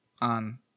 On